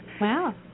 wow